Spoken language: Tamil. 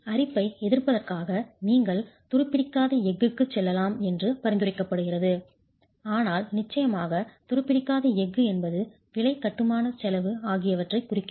அரிப்பை எதிர்ப்பதற்காக நீங்கள் துருப்பிடிக்காத எஃகுக்கு செல்லலாம் என்று பரிந்துரைக்கப்படுகிறது ஆனால் நிச்சயமாக துருப்பிடிக்காத எஃகு என்பது விலை கட்டுமான செலவு ஆகியவற்றைக் குறிக்கிறது